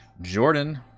Jordan